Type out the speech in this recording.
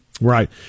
Right